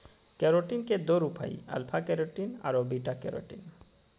keratin के दो रूप हइ, अल्फा केराटिन आरो बीटा केराटिन